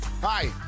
Hi